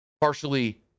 partially